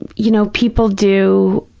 you know, people do,